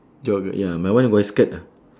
jogger ya my one wear skirt ah